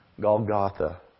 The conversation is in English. Golgotha